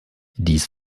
dies